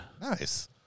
Nice